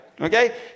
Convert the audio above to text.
Okay